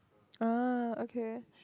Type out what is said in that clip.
ah okay